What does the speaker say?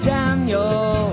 Daniel